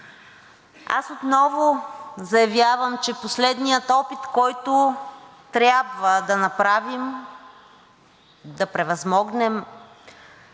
Аз отново заявявам, че последният опит, който трябва да направим, да превъзмогнем